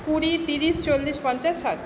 কুড়ি তিরিশ চল্লিশ পঞ্চাশ ষাট